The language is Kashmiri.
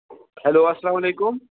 ہیٚلو اَسلام علیکُم